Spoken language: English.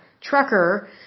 trucker